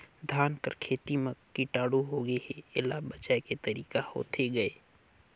धान कर खेती म कीटाणु होगे हे एला बचाय के तरीका होथे गए?